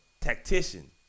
tactician